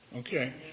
Okay